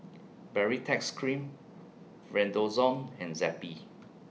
Baritex Cream Redoxon and Zappy